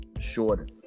shorter